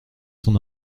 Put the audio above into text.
son